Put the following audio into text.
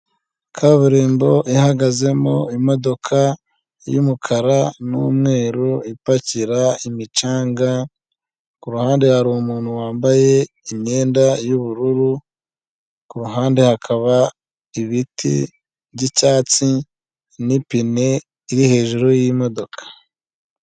Kaburimbo ihagazemo imodoka y'umukara n'umweru ipakira imicanga, ku ruhande hari umuntu wambaye imyenda y'ubururu, ku ruhande hakaba ibiti byicyatsi, n'ipine iri hejuru yimodoka.